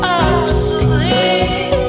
obsolete